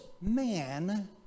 man